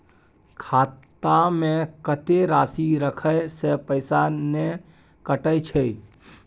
खाता में कत्ते राशि रखे से पैसा ने कटै छै?